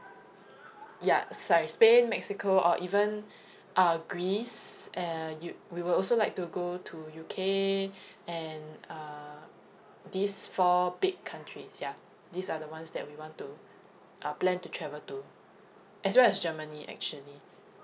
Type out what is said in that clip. ya sorry spain mexico or even uh greece uh you we will also like to go to U_K and uh these four big countries ya these are the ones that we want to uh plan to travel to as well as germany actually